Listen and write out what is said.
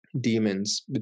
demons